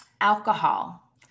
Alcohol